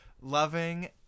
Loving